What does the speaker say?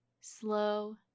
slow